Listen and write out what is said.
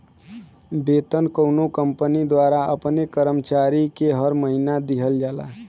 वेतन कउनो कंपनी द्वारा अपने कर्मचारी के हर महीना दिहल जाला